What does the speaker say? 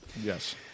Yes